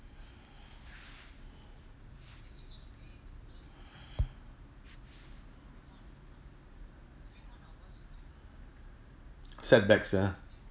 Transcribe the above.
setbacks ah